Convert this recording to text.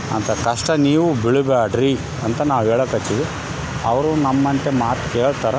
ಅಂಥ ಕಷ್ಟ ನೀವು ಬೀಳ ಬೇಡ್ರಿ ಅಂತ ನಾವು ಹೇಳಕತ್ತೀವಿ ಅವರು ನಮ್ಮಂತೆ ಮಾತು ಕೇಳ್ತಾರೆ